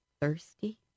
thirsty